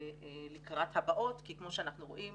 לקראת הבאות, כי כמו שאנחנו רואים,